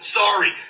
sorry